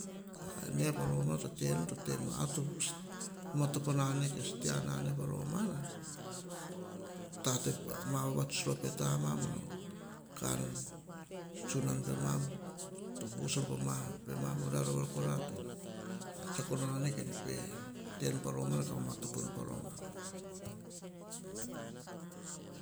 Ne pa romana, ne to te nu, to te nu, ar to matopo na ne, to stia na ne, pa romana, ta te pa va vatsuts pe taman, kan tsu nan pe mam, to vu sopo mar veri kora to tsiako na ne pe te no pa romana. Kap pe mama topo no pa romana.